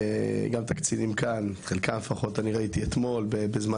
את חלק מהקצינים כאן אני ראיתי אתמול בזמן